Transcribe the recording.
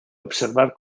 observar